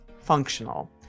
functional